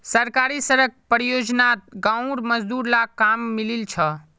सरकारी सड़क परियोजनात गांउर मजदूर लाक काम मिलील छ